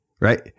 Right